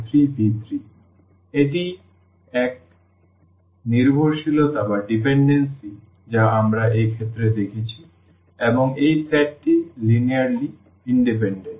এটি 1 নির্ভরশীলতা যা আমরা এই ক্ষেত্রে দেখিয়েছি এবং এই সেটটি লিনিয়ারলি ইন্ডিপেন্ডেন্ট